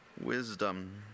wisdom